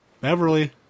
Beverly